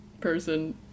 Person